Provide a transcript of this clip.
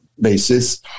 basis